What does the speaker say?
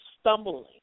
stumbling